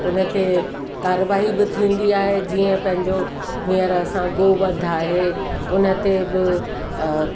उन ते कारवाही बि थींदी आहे जीअं पंहिंजो हीअंर असां गोवध आहे उन ते बि